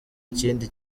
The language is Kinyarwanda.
ikindi